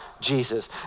jesus